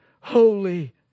Holy